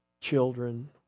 children